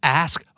ask